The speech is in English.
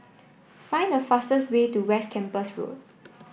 find the fastest way to West Camps Road